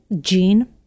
gene